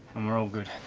and we're all good